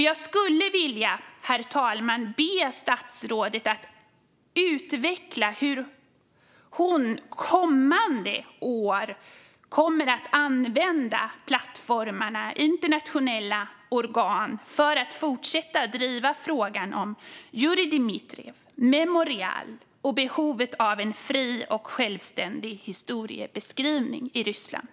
Jag skulle vilja be statsrådet, herr talman, att utveckla hur hon kommande år kommer att använda plattformar som internationella organ för att fortsätta driva frågan om Jurij Dmitrijev, Memorial och behovet av en fri och självständig historieskrivning i Ryssland.